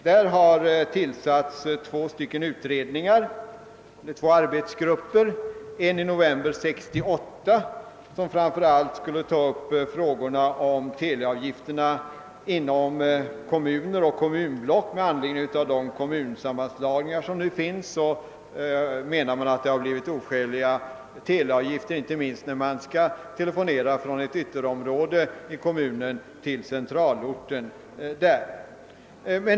Där har tillsatts två arbetsgrupper, av vilka den ena — tillsatt i november 1968 — framför allt skall ta upp frågan om teleavgifterna inom kommuner och kommunblock med anledning av de kommunsammanslagningar som nu är aktuella. Man menar att teleavgifterna i vissa fall har blivit oskäliga, inte minst för telefonsamtal från ett ytterområde i en kommun till dess centralort.